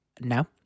No